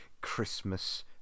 Christmas